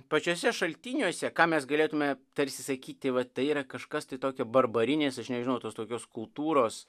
pačiuose šaltiniuose ką mes galėtume tarsi sakyti va tai yra kažkas tai tokio barbarinės aš nežinau tos tokios kultūros